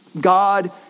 God